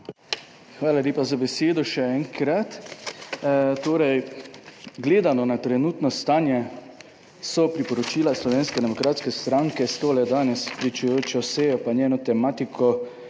Hvala lepa za besedo še enkrat. Torej, gledano na trenutno stanje so priporočila Slovenske demokratske stranke s tole danes pričujočo sejo pa njeno tematiko